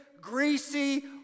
greasy